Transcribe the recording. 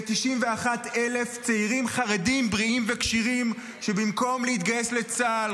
ל-91,000 צעירים חרדים בריאים וכשירים שבמקום להתגייס לצה"ל,